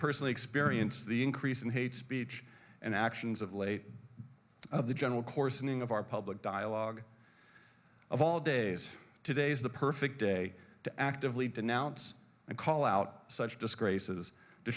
personally experienced the increase in hate speech and actions of late of the general coarsening of our public dialogue of all days today's the perfect day to actively denounce and call out such disgraces t